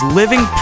living